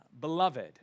Beloved